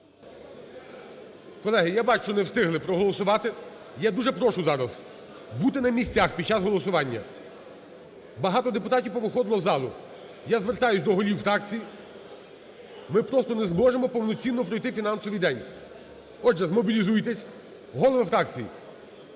Колеги, я бачу, що не встигли проголосувати. Я дуже прошу зараз бути на місцях під час голосування. Багато депутатів повиходило з залу. Я звертаюся до голів фракцій. Ми просто не зможемо повноцінно пройти фінансовий день. Отже, змобілізуйтесь. Голови фракцій,